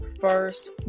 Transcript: first